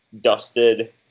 dusted